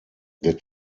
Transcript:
der